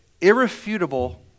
Irrefutable